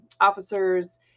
officers